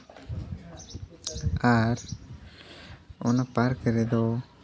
ᱟᱨ ᱚᱱᱟ ᱯᱟᱨᱠ ᱨᱮᱫᱚ